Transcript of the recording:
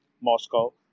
Moscow